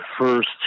first